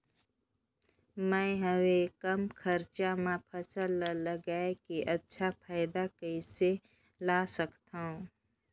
मैं हवे कम खरचा मा फसल ला लगई के अच्छा फायदा कइसे ला सकथव?